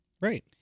Right